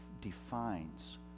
defines